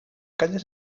calles